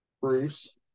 Bruce